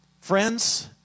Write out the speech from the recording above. Friends